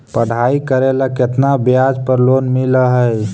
पढाई करेला केतना ब्याज पर लोन मिल हइ?